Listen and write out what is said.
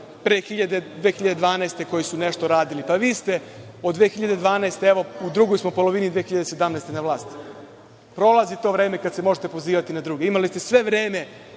pre 2012. godine koji su nešto radili. Vi ste od 2012. godine, u drugoj smo polovini 2017. na vlasti, prolazi to vreme kada se možete pozivati na druge. Imali ste sve vreme